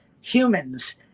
humans